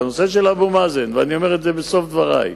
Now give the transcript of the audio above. בנושא אבו מאזן, אני אומר את זה בסוף דברי,